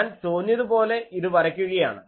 ഞാൻ തോന്നിയതുപോലെ ഇത് വരയ്ക്കുകയാണ്